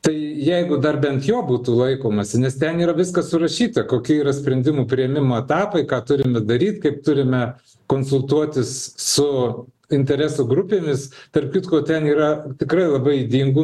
tai jeigu dar bent jo būtų laikomasi nes ten yra viskas surašyta kokie yra sprendimų priėmimo etapai ką turime daryt kaip turime konsultuotis su interesų grupėmis tarp kitko ten yra tikrai labai ydingų